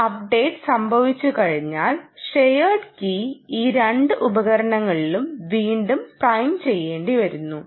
ഈ അപ്ഡേറ്റ് സംഭവിച്ചുകഴിഞ്ഞാൽ shared key ഈ രണ്ട് ഉപകരണങ്ങളിലും വീണ്ടും പ്രൈം ചെയ്യേണ്ടി വരുന്നു